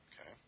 okay